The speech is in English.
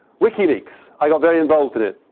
wikileaks. i got very involved in it.